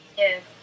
Yes